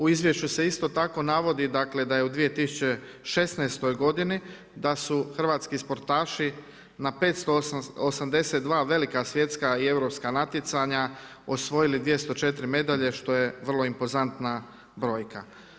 U izvješću se isto tako navodi da je u 2016. godini da su hrvatski sportaši na 582 velika svjetska i europska natjecanja osvojili 204 medalje što je vrlo impozantna brojka.